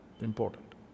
important